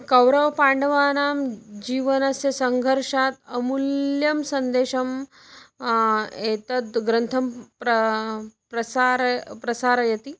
कौरवपाण्डवानां जीवनस्य सङ्घर्षात् अमूल्यं सन्देशम् एतद् ग्रन्थः प्रा प्रसारय् प्रसारयति